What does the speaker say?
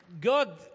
God